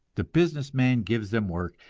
the business man gives them work,